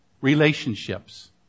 relationships